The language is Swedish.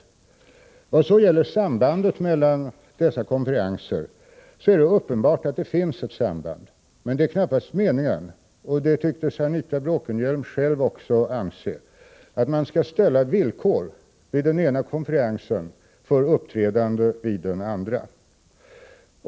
Vad så gäller sambandet mellan dessa konferenser är det uppenbart att det finns ett samband, men det är knappast meningen — och det tycktes Anita Bråkenhielm själv också anse, att man skall ställa villkor vid den ena konferensen för uppträdande vid den andra.